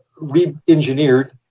re-engineered